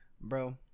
bro